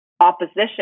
opposition